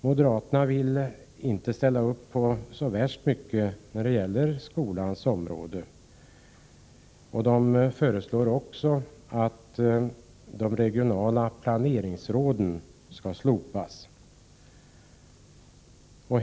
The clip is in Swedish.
Moderaterna vill inte ställa upp på så värst mycket inom skolans område. De föreslår också att de regionala planeringsråden skall slopas.